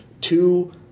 two